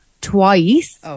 twice